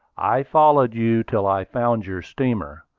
i followed you till i found your steamer.